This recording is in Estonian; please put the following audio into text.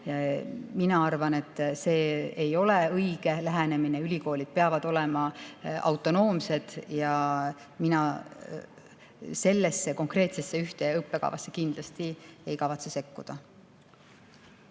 Mina arvan, et see ei ole õige lähenemine, ülikoolid peavad olema autonoomsed. Ja mina sellesse konkreetsesse ühte õppekavasse kindlasti ei kavatse sekkuda.